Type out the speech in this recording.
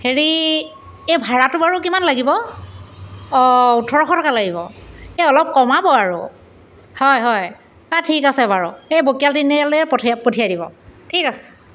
হেৰি এই ভাড়াটো বাৰু কিমান লাগিব অঁ ওঠৰশ টকা লাগিব এই অলপ কমাব আৰু হয় হয় আ ঠিক আছে বাৰু এই বকীয়ালিলৈ পঠিয়াই পঠিয়াই দিব ঠিক আছে